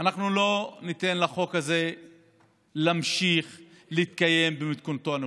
אנחנו לא ניתן לחוק הזה להמשיך להתקיים במתכונתו הנוכחית.